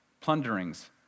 plunderings